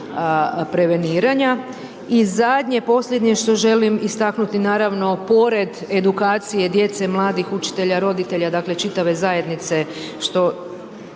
I zadnje posljednje što želim istaknuti naravno pored edukacije djece mladih učitelja, roditelja, dakle čitave zajednice što